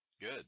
good